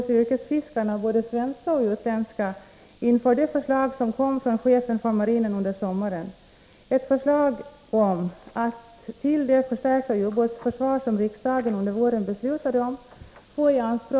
Sedan länge finns också ett väl utvecklat samarbete mellan Visby lasarett och flygvapnets räddningshelikopter, som är heltidsplacerad i Visby.